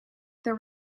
there